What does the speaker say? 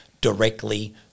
directly